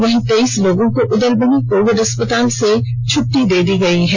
वहीं तेइस लोगों को उदलबनी कोविड अस्पताल से छुट्टी दे दी गई है